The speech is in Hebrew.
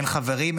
אין חברים,